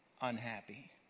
unhappy